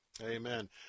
Amen